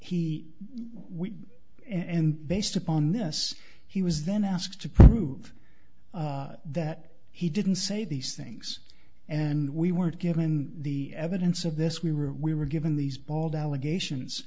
we and based upon this he was then asked to prove that he didn't say these things and we weren't given the evidence of this we were we were given these bald allegations